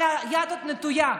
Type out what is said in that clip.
אבל היד עוד נטויה,